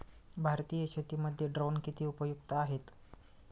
भारतीय शेतीमध्ये ड्रोन किती उपयुक्त आहेत?